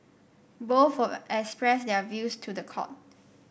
both will express their views to the court